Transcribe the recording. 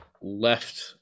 left